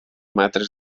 metres